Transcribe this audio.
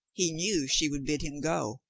he knew she would bid him go.